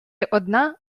одна